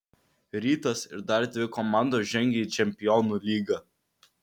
rytas ir dar dvi komandos žengia į čempionų lygą